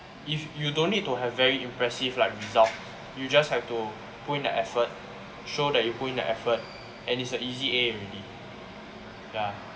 if you don't need to have very impressive like results you just have to put in the effort show that you put in the effort and it's the easy a already ya